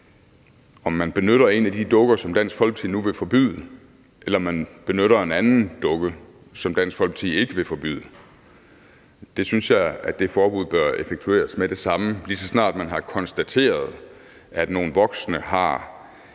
om man benytter en af de dukker, som Dansk Folkeparti nu vil forbyde, eller man benytter en anden dukke, som Dansk Folkeparti ikke vil forbyde. Det forbud synes jeg bør effektueres med det samme. Lige så snart man har konstateret, at nogle voksne har